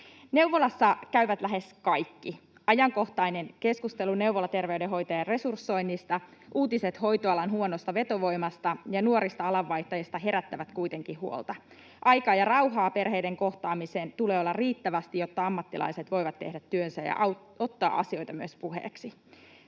Neuvolassa käyvät lähes kaikki. Ajankohtainen keskustelu neuvolaterveydenhoitajien resursoinnista, uutiset hoitoalan huonosta vetovoimasta ja nuorista alanvaihtajista herättävät kuitenkin huolta. Aikaa ja rauhaa perheiden kohtaamiseen tulee olla riittävästi, jotta ammattilaiset voivat tehdä työnsä ja ottaa asioita myös puheeksi.